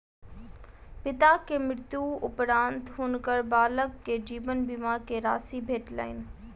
पिता के मृत्यु उपरान्त हुनकर बालक के जीवन बीमा के राशि भेटलैन